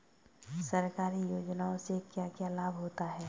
सरकारी योजनाओं से क्या क्या लाभ होता है?